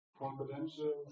confidential